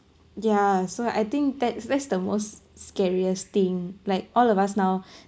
ya so I think that's that's the most scariest thing like all of us now